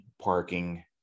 parking